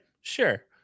sure